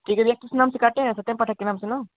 ठीक है भैया किस नाम से काटे हें सत्यम पाठक के नाम से न